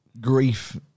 grief